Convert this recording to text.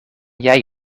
jij